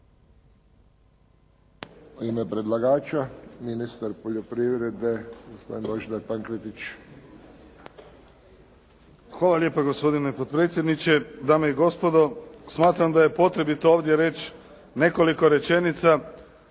Hvala lijepa gospodine potpredsjedniče, dame i gospodo, smatram da je potrebno ovdje reći nekoliko rečenica